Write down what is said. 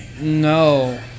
No